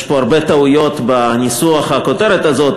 יש פה הרבה טעויות בניסוח הכותרת הזאת,